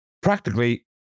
practically